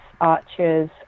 archers